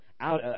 out